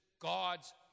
God's